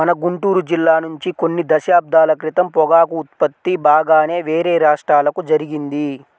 మన గుంటూరు జిల్లా నుంచి కొన్ని దశాబ్దాల క్రితం పొగాకు ఉత్పత్తి బాగానే వేరే రాష్ట్రాలకు జరిగింది